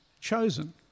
chosen